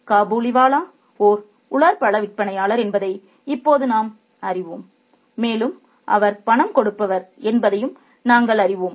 காபூலிவாலா ஒரு உலர் பழ விற்பனையாளர் என்பதை இப்போது நாம் அறிவோம் மேலும் அவர் பணம் கொடுப்பவர் என்பதையும் நாங்கள் அறிவோம்